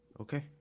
Okay